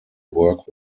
work